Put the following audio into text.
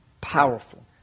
Powerful